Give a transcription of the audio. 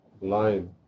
line